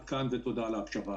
תודה על ההקשבה.